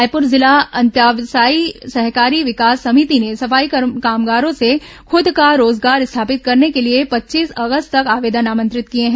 रायपुर जिला अंत्यावसायी सहकारी विकास समिति ने सफाई कामगारों से खुद का रोजगार स्थापित करने के लिए पच्चीस अगस्त तक आवेदन आमंत्रित किए हैं